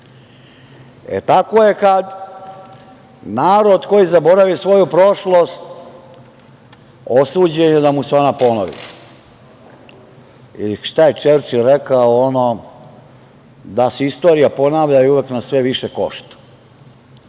Tako je kada narod koji je zaboravio svoju prošlost osuđen da mu se ona ponovi, ili šta je Čerčil rekao – da se istorija ponavlja i uvek nas sve više košta. Da,